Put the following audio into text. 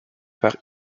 par